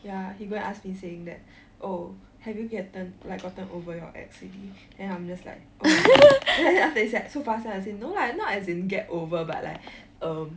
ya he go and ask me saying that oh have you get turn like gotten over your ex already then I'm just like mm then after that he say like so fast then I say no lah not as in get over but like um